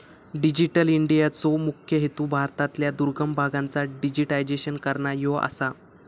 digital इंडियाचो मुख्य हेतू भारतातल्या दुर्गम भागांचा डिजिटायझेशन करना ह्यो आसा